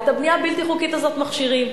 ואת הבנייה הבלתי-חוקית הזאת מכשירים,